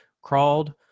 crawled